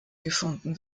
gefunden